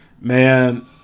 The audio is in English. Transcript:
man